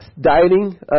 Dieting